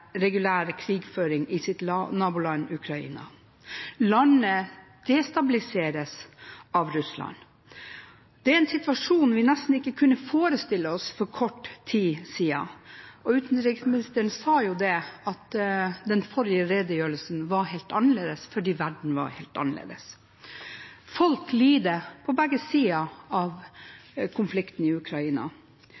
krigføring i sitt naboland Ukraina. Landet destabiliseres av Russland. Det er en situasjon vi nesten ikke kunne forestilt oss for kort tid siden. Og utenriksministeren sa jo at den forrige redegjørelsen var helt annerledes, fordi verden var helt annerledes. Folk lider på begge sider av konflikten i Ukraina.